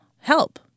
help